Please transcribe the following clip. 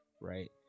right